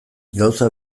gauza